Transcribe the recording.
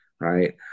right